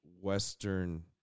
Western